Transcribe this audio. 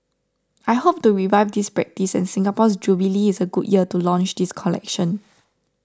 I hope to revive this practice and Singapore's jubilee is a good year to launch this collection